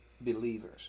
believers